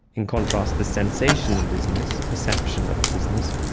in contrast, the sensation of dizziness, perception of dizziness,